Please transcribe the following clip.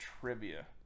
trivia